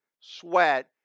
sweat